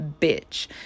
bitch